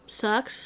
sucks